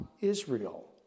Israel